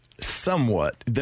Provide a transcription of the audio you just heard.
somewhat